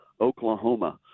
oklahoma